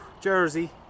jersey